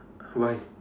why